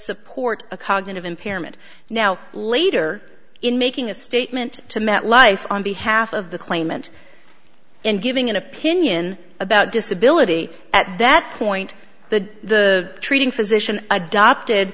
support a cognitive impairment now later in making a statement to metlife on behalf of the claimant in giving an opinion about disability at that point the treating physician adopted